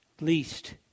Least